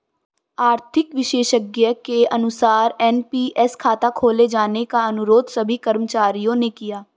आर्थिक विशेषज्ञ के अनुसार एन.पी.एस खाता खोले जाने का अनुरोध सभी कर्मचारियों ने किया